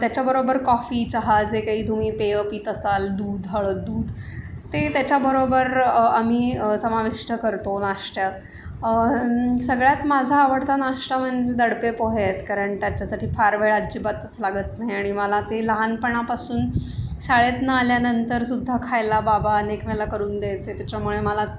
त्याच्याबरोबर कॉफी चहा जे काही तुम्ही पेय पीत असाल दूध हळद दूध ते त्याच्याबरोबर आम्ही समाविष्ट करतो नाष्ट्यात सगळ्यात माझा आवडता नाश्ता म्हणजे दडपे पोहे आहेत कारण त्याच्यासाठी फार वेळ अज्जिबातच लागत नाही आणि मला ते लहानपणापासून शाळेतनं आल्यानंतरसुद्धा खायला बाबा अनेक वेळेला करून द्यायचे त्याच्यामुळे मला